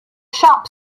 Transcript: shop